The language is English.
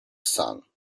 sun